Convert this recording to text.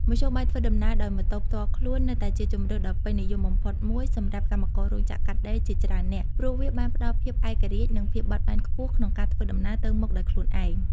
មធ្យោបាយធ្វើដំណើរដោយម៉ូតូផ្ទាល់ខ្លួននៅតែជាជម្រើសដ៏ពេញនិយមបំផុតមួយសម្រាប់កម្មកររោងចក្រកាត់ដេរជាច្រើននាក់ ព្រោះវាបានផ្តល់ភាពឯករាជ្យនិងភាពបត់បែនខ្ពស់ក្នុងការធ្វើដំណើរទៅមកដោយខ្លួនឯង។